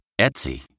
Etsy